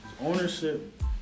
Ownership